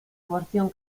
porción